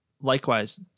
likewise